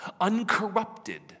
uncorrupted